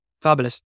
Fabulous